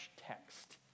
text